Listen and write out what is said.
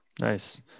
nice